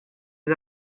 des